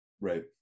Right